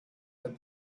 have